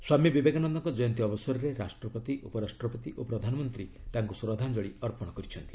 ସ୍ୱାମୀ ବିବେକାନନ୍ଦଙ୍କ ଜୟନ୍ତୀ ଅବସରରେ ରାଷ୍ଟ୍ରପତି ଉପରାଷ୍ଟ୍ରପତି ଓ ପ୍ରଧାନମନ୍ତ୍ରୀ ତାଙ୍କୁ ଶ୍ରଦ୍ଧାଞ୍ଚଳି ଅର୍ପଣ କରିଛନ୍ତି